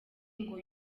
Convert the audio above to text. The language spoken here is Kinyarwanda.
ngo